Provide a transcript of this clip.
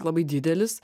labai didelis